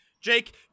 Jake